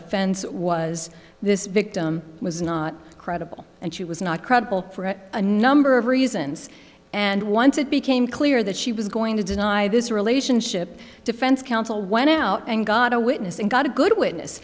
defense was this victim was not credible and she was not credible for a number of reasons and once it became clear that she was going to deny this relationship defense counsel went out and got a witness and got a good witness